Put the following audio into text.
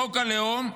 חוק הלאום,